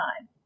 time